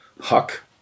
Huck